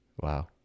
wow